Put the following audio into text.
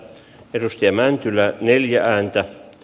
perusti mäntylä neljä ääntä